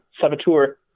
saboteur